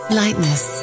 lightness